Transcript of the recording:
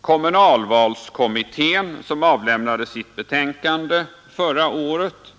Kommunalvalskommittén, som avlämnade sitt betänkande förra året,